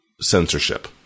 censorship